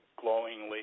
glowingly